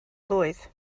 blwydd